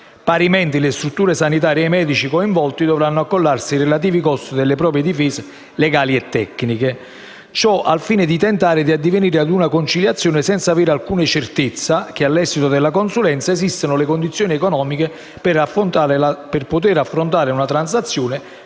Parimenti, le strutture sanitarie e i medici coinvolti dovranno accollarsi i costi delle proprie difese legali e tecniche, al fine di tentare di addivenire ad una conciliazione senza avere alcuna certezza che all'esito della consulenza esistano le condizioni economiche per poter affrontare una transazione,